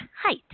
height